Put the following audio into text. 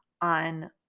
on